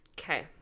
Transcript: Okay